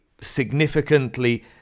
significantly